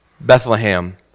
Bethlehem